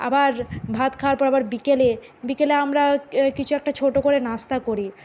আবার ভাত খাওয়ার পর আবার বিকেলে বিকেলে আমরা কিছু একটা ছোট করে নাস্তা করি